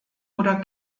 oder